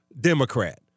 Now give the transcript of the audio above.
Democrat